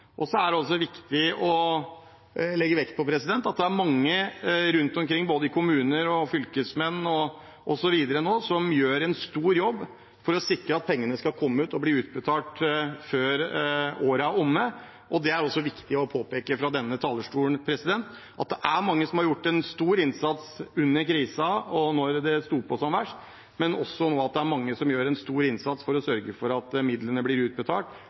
er også viktig å legge vekt på at det er mange rundt omkring, i kommuner, fylkesmenn osv., som gjør en stor jobb for å sikre at pengene skal komme og bli utbetalt før året er omme. Videre er det viktig å påpeke fra denne talerstolen at det er mange som har gjort en stor innsats under krisen og da det sto på som verst, men også at det nå er mange som gjør en stor innsats for å sørge for at midlene blir utbetalt